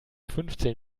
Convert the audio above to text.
fünfzehn